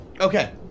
Okay